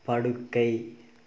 படுக்கை